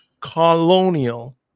colonial